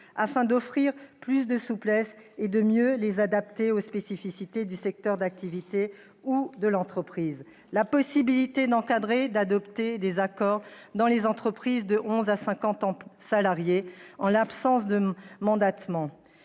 afin de ménager plus de souplesse et de mieux les adapter aux spécificités du secteur d'activité ou de l'entreprise. La possibilité encadrée d'adopter des accords dans les entreprises de 11 à 50 salariés en l'absence de mandatement